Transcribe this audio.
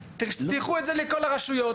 תפתחו את זה לכל הרשויות.